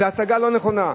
זה הצגה לא נכונה.